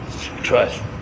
Trust